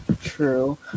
True